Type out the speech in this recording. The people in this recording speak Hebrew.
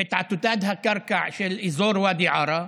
את עתודת הקרקע של אזור ואדי עארה,